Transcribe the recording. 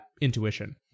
intuition